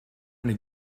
eine